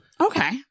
Okay